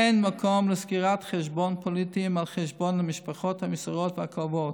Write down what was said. אין מקום לסגירת חשבונות פוליטיים על חשבון המשפחות המיוסרות והכואבות.